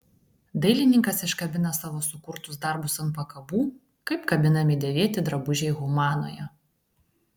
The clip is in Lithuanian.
dailininkas iškabina savo sukurtus darbus ant pakabų kaip kabinami dėvėti drabužiai humanoje